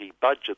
budget